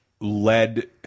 led